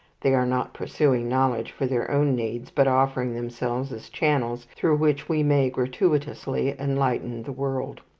they are not pursuing knowledge for their own needs, but offering themselves as channels through which we may gratuitously enlighten the world.